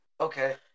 okay